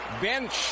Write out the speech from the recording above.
bench